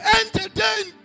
entertain